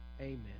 Amen